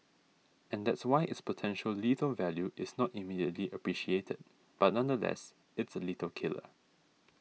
and that's why its potential lethal value is not immediately appreciated but nonetheless it's a lethal killer